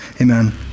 Amen